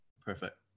Perfect